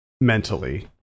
mentally